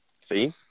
See